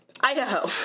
Idaho